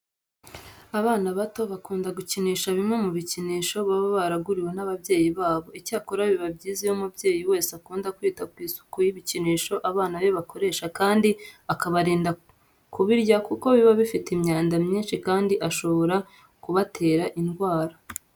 Abana bato bakunda gukinisha bimwe mu bikinisho baba baraguriwe n'ababyeyi babo. Icyakora biba byiza iyo umubyeyi wese akunda kwita ku isuku y'ibikinisho abana be bakoresha kandi akabarinda kubirya kuko biba bifite imyanda myinshi kandi ishobora kubatera indwara.